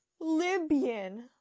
libyan